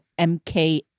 MK